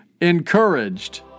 encouraged